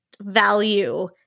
value